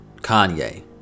kanye